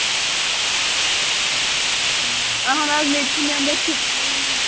اَہَن حظ میےٚ چھِ میٚمبر شِپ